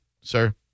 sir